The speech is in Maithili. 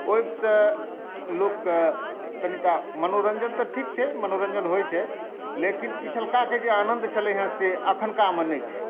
ओहिसँ लोकके कनिटा मनोरञ्जन तऽ ठीक छै मनोरञ्जन होइत छै लेकिन पिछुलका के जे आनन्द छलै हेँ से अखनिकामे नहि छै